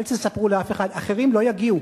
אל תספרו לאף אחד: אחרים לא יגיעו.